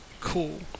cool